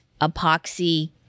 epoxy